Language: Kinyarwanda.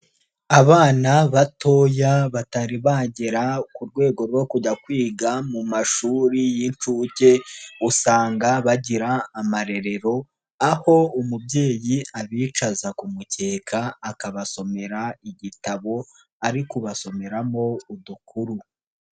Abana batoya batari bagera ku rwego rwo kujya kwiga mu mashuri y'insh, uke usanga bagira amarerero aho umubyeyi abicaza ku mukeka akabasomera igitabo, ari kubasomeramo udukuru.